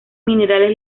minerales